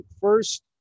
first